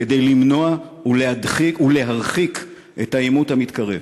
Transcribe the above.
כדי למנוע ולהרחיק את העימות המתקרב.